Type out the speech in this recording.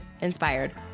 Inspired